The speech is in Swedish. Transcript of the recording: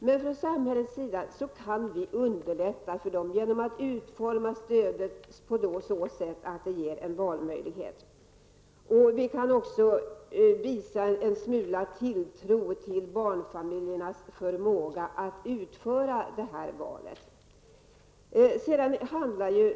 Men från samhällets sida kan vi underlätta för dem genom att utforma stödet på så sätt att det ger en valmöjlighet. Vi kan också visa en smula tilltro till barnfamiljernas förmåga att utföra detta val.